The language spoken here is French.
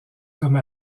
comme